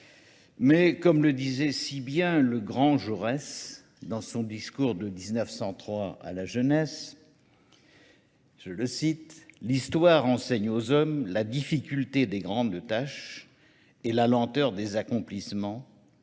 Mais, comme le disait si bien le grand Jaurès dans son discours de 1903 à la jeunesse, je le cite, « L'histoire enseigne aux hommes la difficulté des grandes tâches et la lenteur des accomplissements,